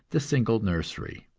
the single nursery.